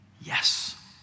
yes